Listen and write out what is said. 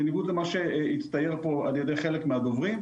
בניגוד למה שהצטייר פה על ידי חלק מהדוברים,